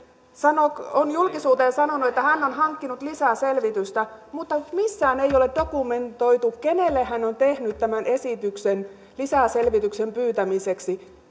on julkisuuteen sanonut että hän on hankkinut lisää selvitystä mutta missään ei ole dokumentoitu kenelle hän on tehnyt tämän esityksen lisäselvityksen pyytämiseksi